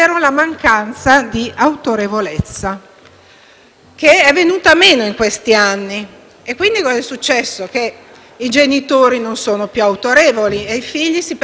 che è venuta meno in questi anni. È successo che i genitori non sono più autorevoli e i figli si permettono di mancare loro di rispetto;